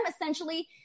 essentially